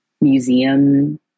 museum